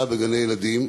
מאת חבר הכנסת יעקב אשר.